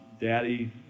daddy